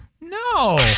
No